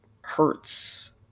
hurts